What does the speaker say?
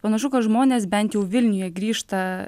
panašu kad žmonės bent jau vilniuje grįžta